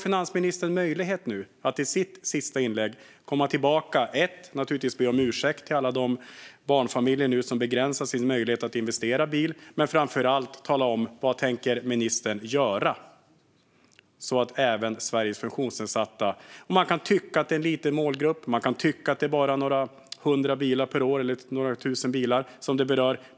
Finansministern har nu möjlighet att i sitt sista inlägg komma tillbaka och naturligtvis be om ursäkt till alla de barnfamiljer vars möjlighet att investera i bil nu begränsas men framför allt tala om vad ministern tänker göra för Sveriges funktionsnedsatta. Man kan tycka att det är en liten målgrupp. Man kan tycka att det är bara några hundra eller tusen bilar per år som det berör.